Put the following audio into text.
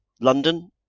London